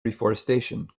reforestation